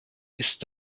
ist